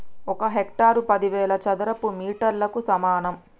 ఒక హెక్టారు పదివేల చదరపు మీటర్లకు సమానం